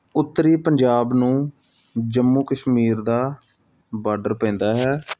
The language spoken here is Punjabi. ਉੱਤਰੀ ਪੰਜਾਬ ਨੂੰ ਜੰਮੂ ਕਸ਼ਮੀਰ ਦਾ ਬਾਡਰ ਪੈਂਦਾ ਹੈ